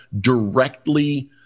directly